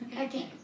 okay